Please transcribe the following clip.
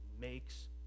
makes